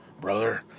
brother